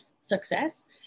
success